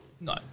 No